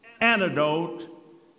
antidote